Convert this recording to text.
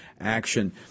Action